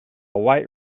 white